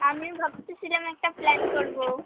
আমিও ভাবতেছিলাম একটা প্ল্যান করবো